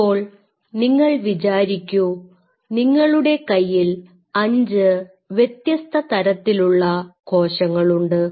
ഇപ്പോൾ നിങ്ങൾ വിചാരിക്കു നിങ്ങളുടെ കൈയ്യിൽ അഞ്ച് വ്യത്യസ്ത തരത്തിലുള്ള കോശങ്ങളുണ്ട്